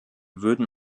würden